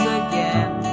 again